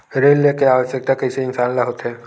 ऋण के आवश्कता कइसे इंसान ला होथे?